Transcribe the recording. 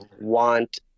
want